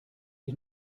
ich